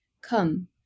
come